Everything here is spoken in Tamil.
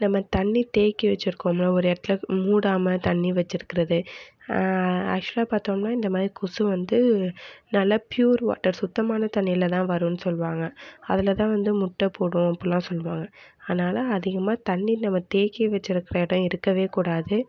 நம்ம தண்ணி தேக்கி வச்சிருக்கோம்ல ஒரு இடத்துல மூடாமல் தண்ணி வச்சிருக்கிறது ஆக்சுவலாக பார்த்தோம்னா இந்த மாதிரி கொசு வந்து நல்ல பியூர் வாட்டர் சுத்தமான தண்ணியில் தான் வரும்னு சொல்லுவாங்க அதில் தான் வந்து முட்டை போடும் அப்பிடில்லாம் சொல்வாங்கள் அதனால அதிகமா தண்ணி நம்ம தேக்கி வச்சிருக்கிற இடம் இருக்கவே கூடாது